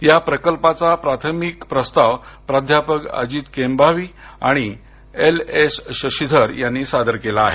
या प्रकल्पाचा प्राथमिक प्रस्ताव प्राध्यापक अजित केंभावी आणि एल एस शशिधर यांनी सादर केला आहे